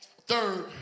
third